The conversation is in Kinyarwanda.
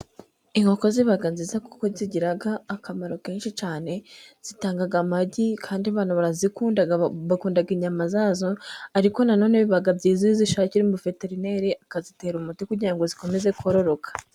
Inkoko ziba nziza kuko zigira akamaro kenshi cyane. Zitanga amagi kandi abantu barazikunda, bakunda inyama zazo. Ariko nanone biba byiza kuzishakira umuveterineri akazitera umuti, kugira ngo zikomeze kororoka.